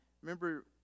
remember